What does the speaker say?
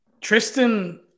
Tristan